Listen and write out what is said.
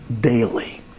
daily